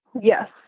Yes